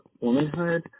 womanhood